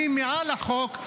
אני מעל החוק,